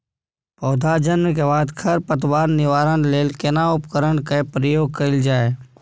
पौधा जन्म के बाद खर पतवार निवारण लेल केना उपकरण कय प्रयोग कैल जाय?